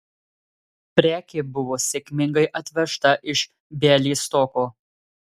prekė buvo sėkmingai atvežta iš bialystoko